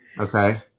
okay